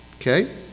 Okay